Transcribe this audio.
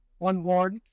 onboard